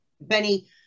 benny